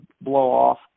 blow-off